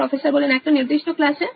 professor একটা নির্দিষ্ট ক্লাসে